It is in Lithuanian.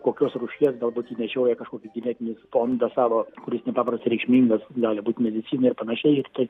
kokios rūšies galbūt ji nešioja kažkokį genetinį fondą savo kuris nepaprastai reikšmingas gali būt medicinai ir panašiai ir tai